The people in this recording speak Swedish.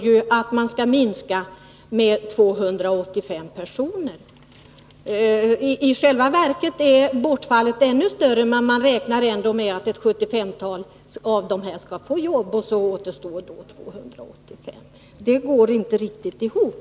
I förslaget står att man skall minska med 285 personer. I själva verket är bortfallet ännu större, men man räknar ändå med att ett sjuttiofemtal skall få jobb, och därefter återstår 285. Det hela går inte riktigt ihop.